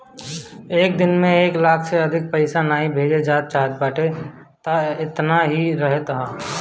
एक दिन में एक लाख से अधिका पईसा नाइ भेजे चाहत बाटअ तअ एतना ही रहे दअ